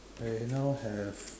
I now have